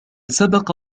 سبق